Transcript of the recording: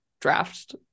draft